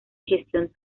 gestión